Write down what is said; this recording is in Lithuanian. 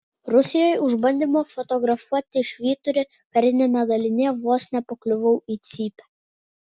rusijoje už bandymą fotografuoti švyturį kariniame dalinyje vos nepakliuvau į cypę